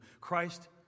Christ